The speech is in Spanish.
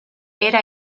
era